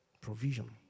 Provision